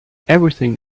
everything